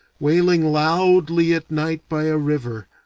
wailing loudly at night by a river,